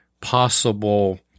possible